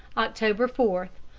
october four,